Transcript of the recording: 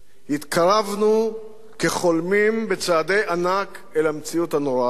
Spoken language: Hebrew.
התקרבנו כחולמים בצעדי ענק אל המציאות הנוראה הזו.